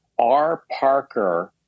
rparker